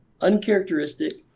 uncharacteristic